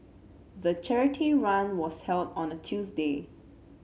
the charity run was held on a Tuesday